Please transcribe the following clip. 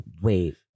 wait